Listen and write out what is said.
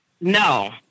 No